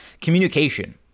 communication